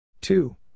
two